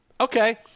Okay